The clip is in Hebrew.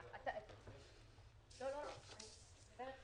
להביא את זה --- כן, כן.